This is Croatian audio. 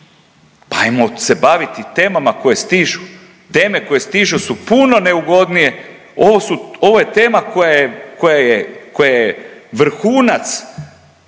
Pa ajmo se baviti temama koje stižu. Teme koje stižu su puno neugodnije, ovo su, ovo je tema koja je, koja